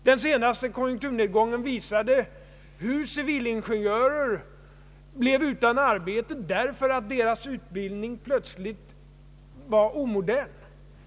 Den senaste konjunkturnedgången visade hur civilingenjörer blev utan arbete för att deras utbildning plötsligt var omodern.